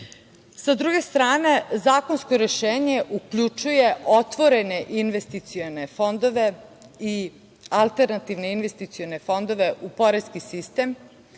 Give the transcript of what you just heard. druge strane zakonsko rešenje uključuje otvorene investicione fondove i alternativne investicione fonde u poreski sistem.